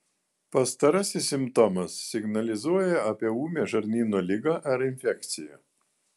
pastarasis simptomas signalizuoja apie ūmią žarnyno ligą ar infekciją